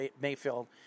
Mayfield